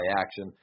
action